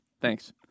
Thanks